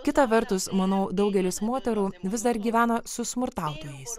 kita vertus manau daugelis moterų vis dar gyvena su smurtautojais